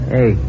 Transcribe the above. Hey